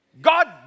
God